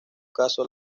casos